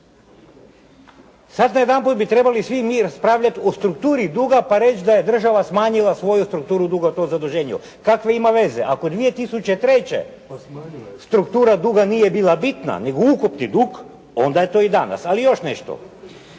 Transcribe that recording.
Sada najedanput bi trebali mi svi raspravljati o strukturi duga, pa reći da je država smanjila svoju struktura duga …. Kakve ima veze, ako 2003. struktura duga nije bila bitna, nego ukupni dug, onda je to i danas. Ali još nešto.